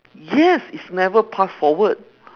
yes it's never pass forward